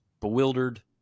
bewildered